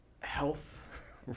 health